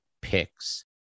picks